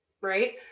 right